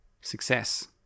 Success